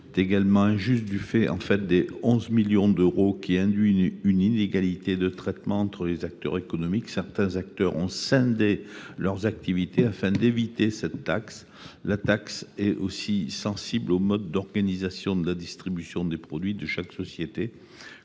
est également injuste du fait du seuil de 11 millions d’euros, qui induit une inégalité de traitement entre les acteurs économiques. Certains acteurs ont d’ailleurs scindé leurs activités, afin d’éviter cette taxe. La taxe est aussi sensible aux modes d’organisation de la distribution des produits par chaque société,